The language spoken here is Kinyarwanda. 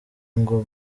ngo